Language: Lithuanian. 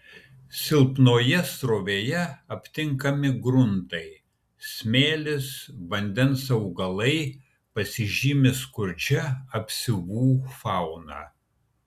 silpnoje srovėje aptinkami gruntai smėlis vandens augalai pasižymi skurdžia apsiuvų fauna